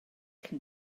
can